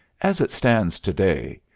as it stands to-day,